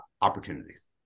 opportunities